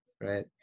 right